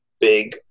big